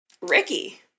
Ricky